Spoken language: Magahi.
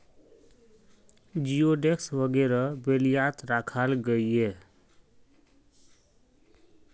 जिओडेक्स वगैरह बेल्वियात राखाल गहिये